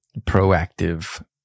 Proactive